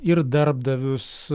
ir darbdavius